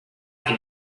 can